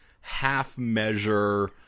half-measure